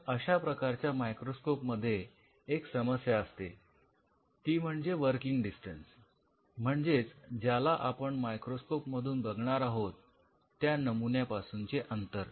पण अशा प्रकारच्या मायक्रोस्कोप मध्ये एक समस्या असते ती म्हणजे वर्किंग डिस्टन्स म्हणजेच ज्याला आपण मायक्रोस्कोप मधून बघणार आहोत त्या नमुन्या पासूनचे अंतर